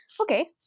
okay